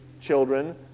children